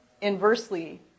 inversely